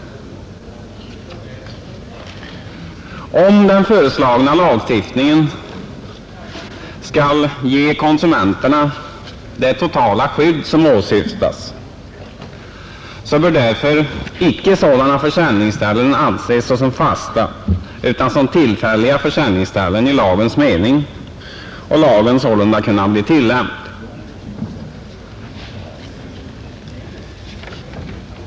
Om den föreslagna lagstiftningen skall ge konsumenterna det totala skydd som åsyftas, bör därför icke sådana försäljningsställen anses såsom fasta utan som tillfälliga försäljningsställen i lagens mening och lagen sålunda kunna bli tillämplig.